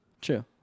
True